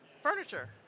furniture